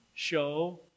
Show